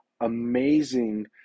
amazing